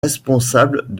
responsable